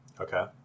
okay